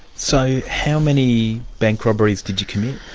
so how many bank robberies did you commit?